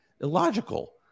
illogical